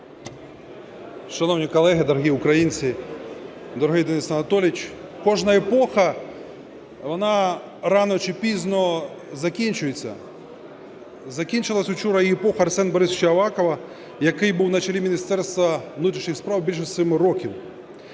Шановні колеги, дорогі українці, дорогий Денис Анатолійович! Кожна епоха вона рано чи пізно закінчується. Закінчилась учора і епоха Арсена Борисовича Авакова, який був на чолі Міністерства внутрішніх справ більше семи років.